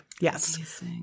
Yes